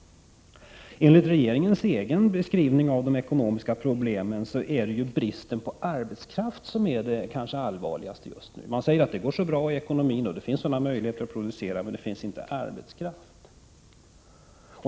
Enligt regeringens egen beskrivning av de ekonomiska problemen är det bristen på arbetskraft som är det allvarligaste just nu. Man säger att det går bra i ekonomin och att det finns möjligheter att producera, men det finns inte arbetskraft.